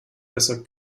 besser